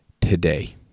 today